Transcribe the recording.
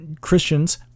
Christians